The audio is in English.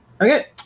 Okay